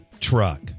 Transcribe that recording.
truck